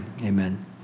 amen